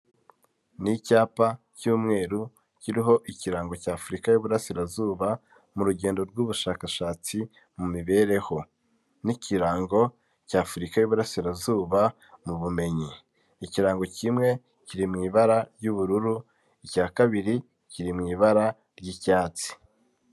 Ni icyapa cy'umweru kiriho ikirango cya afurika y'iburasirazuba mu rugendo rw'ubushakashatsi mu mibereho n'ikirango cy'afurika y'iburasirazuba mu bumenyi ikirango kimwe kiri mu ibara ry'ubururu icya kabiri kiri mu ibara ry'icyatsi.